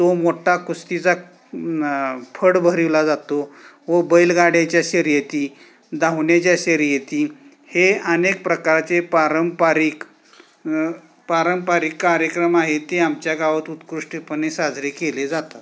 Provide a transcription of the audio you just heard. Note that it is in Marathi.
तो मोठा कुस्तीचा फड भरिवला जातो व बैलगाड्याच्या शर्यती धावण्याच्या शर्यती हे अनेक प्रकारचे पारंपरिक पारंपरिक कार्यक्रम आहे ते आमच्या गावात उत्कृष्टपणे साजरे केले जातात